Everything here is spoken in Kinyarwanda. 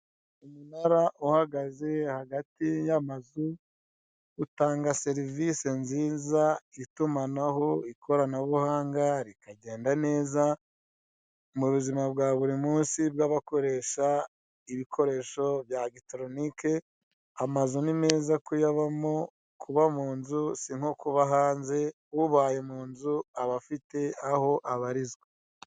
Umunara uhagaze hagati y'amazu utanga serivise nziza itumanaho/ikoranabuhanga rikagenda neza, mu buzima bwa buri munsi bwabakoresha ibikoresho bya gitoronike amazu ni meza kuyabamo kuba mu nzu sinkokuba hanze, ubaye mu nzu aba afite aho abarizwa.